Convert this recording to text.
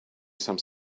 some